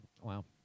Wow